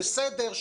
בסדר,